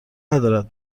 ندارد